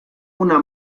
una